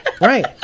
Right